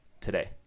today